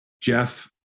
Jeff